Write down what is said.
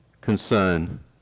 concern